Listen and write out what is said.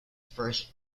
first